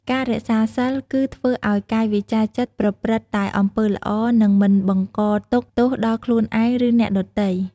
ការរក្សាសីលគឺ ធ្វើឲ្យកាយវាចាចិត្តប្រព្រឹត្តតែអំពើល្អ និងមិនបង្កទុក្ខទោសដល់ខ្លួនឯង ឬអ្នកដទៃ។